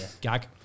Gag